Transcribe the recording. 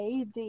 AD